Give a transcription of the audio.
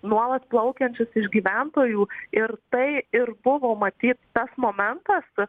nuolat plaukiančius iš gyventojų ir tai ir buvo matyt tas momentas